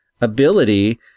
ability